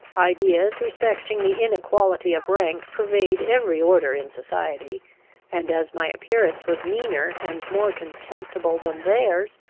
ideas respecting the inequality of rank pervade every order in society and, as my appearance was meaner and more contemptible than theirs,